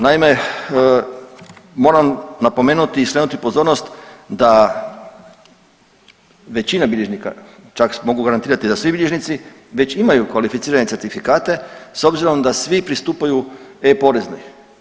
Naime, moram napomenuti i skrenuti pozornost da većina bilježnika, čak mogu garantirati da svi bilježnici već imaju kvalificirane certifikate s obzirom da svi pristupaju e-Poreznoj.